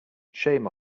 shame